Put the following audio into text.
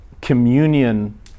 communion